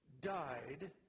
died